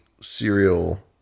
serial